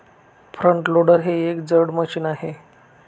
front loader हे एक जड मशीन आहे